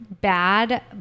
Bad